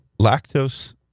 lactose